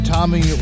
Tommy